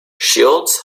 shields